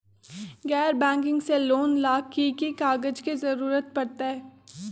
गैर बैंकिंग से लोन ला की की कागज के जरूरत पड़तै?